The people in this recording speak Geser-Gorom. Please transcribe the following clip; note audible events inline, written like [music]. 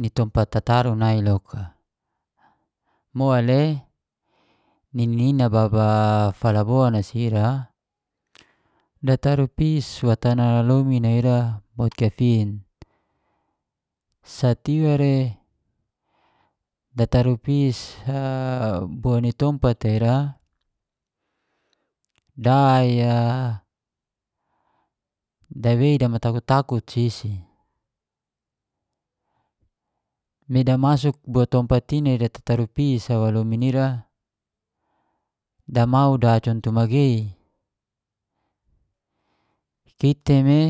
ni tompat tataru nai loka, mole ni nina baba falabon si ira dataru pis wa tanah lomin ira bot gafin. Sat iware dataru pis [hesitation] bo ni tompat ira da i damatuk-matakut isi, me damasuk bo tompat i nai datataru pi wa lomin ira da mau da contoh magei kiti me